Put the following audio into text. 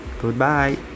Goodbye